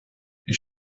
ich